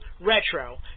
Retro